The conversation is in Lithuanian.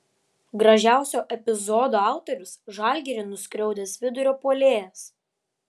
gražiausio epizodo autorius žalgirį nuskriaudęs vidurio puolėjas